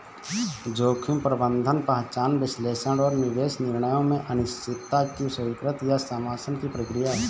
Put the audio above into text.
जोखिम प्रबंधन पहचान विश्लेषण और निवेश निर्णयों में अनिश्चितता की स्वीकृति या शमन की प्रक्रिया है